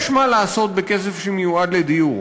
יש מה לעשות בכסף שמיועד לדיור.